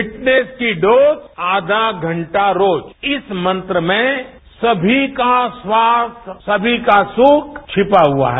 fitness की dose आधा घंटा रोज इस मंत्र में समी का स्वास्थ्य समी का सुख छिपा हुआ है